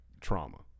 trauma